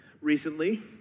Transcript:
recently